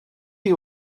chi